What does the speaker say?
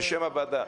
בשם הוועדה.